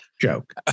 joke